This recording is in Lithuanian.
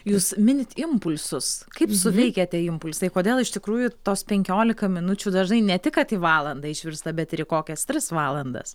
jūs minit impulsus kaip suveikia tie impulsai kodėl iš tikrųjų tos penkiolika minučių dažnai ne tik kad į valandą išvirsta bet ir į kokias tris valandas